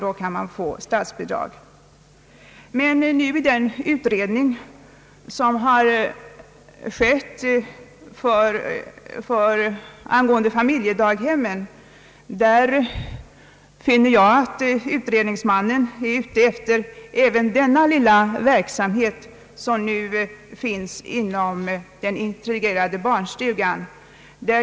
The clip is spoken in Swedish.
Men jag finner i utredningen angående familjedaghemmen, att utredningsmannen är ute även efter denna lilla verksamhet, som nu finns inom den integrerade barnstugan.